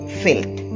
filth